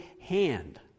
hand